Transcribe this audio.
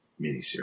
miniseries